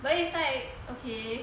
but then it's like okay